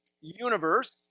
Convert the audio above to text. universe